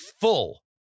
full